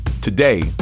Today